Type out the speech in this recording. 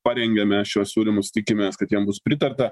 parengėme šiuos siūlymus tikimės kad jiem bus pritarta